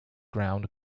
ground